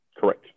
Correct